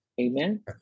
Amen